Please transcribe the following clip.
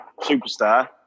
superstar